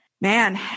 man